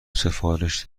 سفارش